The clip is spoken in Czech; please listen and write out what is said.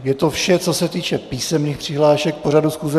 Je to vše, co se týče písemných přihlášek k pořadu schůze.